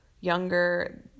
younger